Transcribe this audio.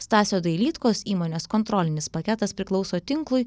stasio dailydkos įmonės kontrolinis paketas priklauso tinklui